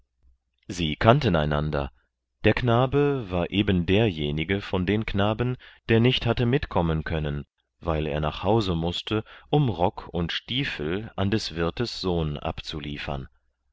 sie kannten einander der knabe war eben derjenige von den knaben der nicht hatte mitkommen können weil er nach hause mußte um rock und stiefel an des wirtes sohn abzuliefern